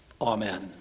Amen